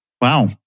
Wow